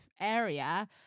area